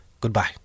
Goodbye